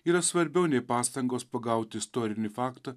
yra svarbiau nei pastangos pagaut istorinį faktą